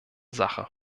sache